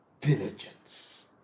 diligence